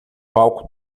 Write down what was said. palco